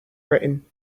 written